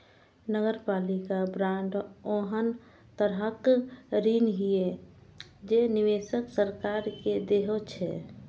नगरपालिका बांड ओहन तरहक ऋण छियै, जे निवेशक सरकार के दै छै